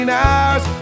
hours